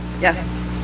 Yes